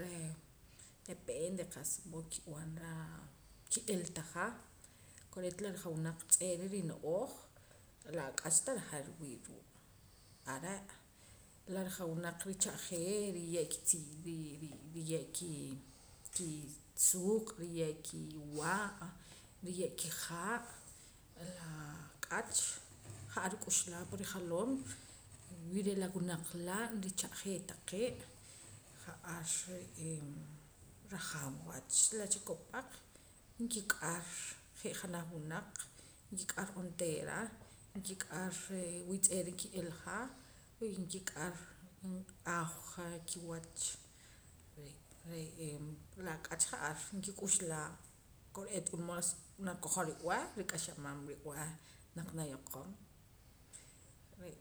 reh depende qa'sa mood ki'b'anara ki'ilata ja ko'eet la rijawunaq tz'ee'ra rino'ooj la ak'ach tah rajaam riwii' ruu' are' la rijawunaq richa'jee riye' kitzi ri riye'kii kisuuq' riye' kiwa' riye' kihaa' laa ak'ach ja'ar rik'uxlaa pan rijaloom wi re' la winaq laa' richa'jee taqee' ja'ar re'ee rajaam wach la chikopaq nkik'ar je' janaj wunaq nkik'ar onteera nki'kar wi tz'ee'ra ki'ilja wii nk'ar aawja ki wach la ak'ach ja'ar nkik'uxlaa kore'eet wila mood hasta nakojom rib'eh rik'axamam rib'eh naq nayoqom re'